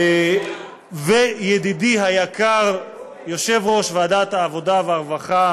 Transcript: וידידי היקר יושב-ראש ועדת העבודה והרווחה